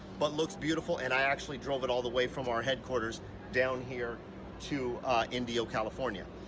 but looks beautiful. and i actually drove it all the way from our headquarters down here to indio, california.